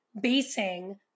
basing